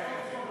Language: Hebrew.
יום כזה.